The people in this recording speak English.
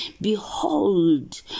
behold